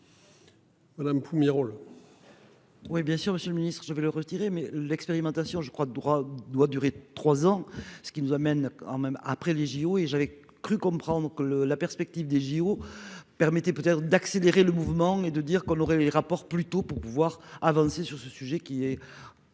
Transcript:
Madame Pumerole. Oui bien sûr, Monsieur le Ministre, je vais le retirer mais l'expérimentation. Je crois que droit doit durer 3 ans. Ce qui nous amène quand même après les JO et j'avais cru comprendre que le la perspective des JO permettez peut-être d'accélérer le mouvement et de dire qu'on aurait rapports plutôt pour pouvoir avancer sur ce sujet qui est.